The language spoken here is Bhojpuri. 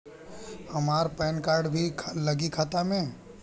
हमार पेन कार्ड भी लगी खाता में?